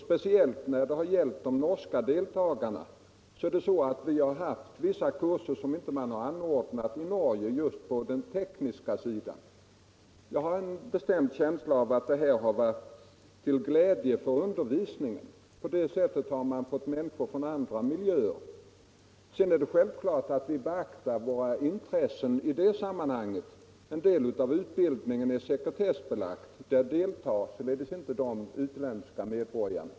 Speciellt när det har gällt de norska deltagarna förhåller det sig så, att vi har haft vissa kurser på den tekniska sidan som man inte har anordnat i Norge. Jag har en bestämd känsla av att denna verksamhet har varit till glädje för undervisningen. På det sättet har man fått möta människor från andra miljöer. Men det är självklart att vi beaktar våra intressen i sammanhanget. En del av utbildningen är sekretessbelagd, och där deltar således inte de utländska medborgarna.